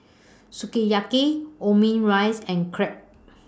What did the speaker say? Sukiyaki Omurice and Crepe